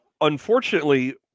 unfortunately